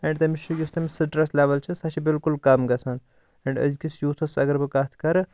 and تٔمِس چھُ یُس تٔمِس سِٹریس لیوٕل چھِ سۄ چھِ بِلکُل کَم گَژھان اینٛڈ أزِکِس یوٗتھَس اگر بہٕ کَتھ کَرٕ